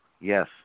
Yes